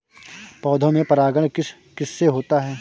पौधों में परागण किस किससे हो सकता है?